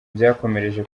byakomereje